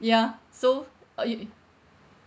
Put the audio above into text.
ya so uh you